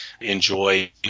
enjoy